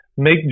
make